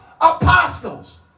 apostles